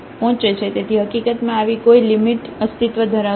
તેથી હકીકતમાં આવિ કોઈ લિમિટ અસ્તિત્વ ધરાવતી નથી